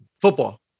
football